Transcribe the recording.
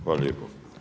Hvala lijepo.